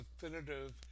definitive